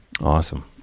Awesome